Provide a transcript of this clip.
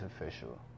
official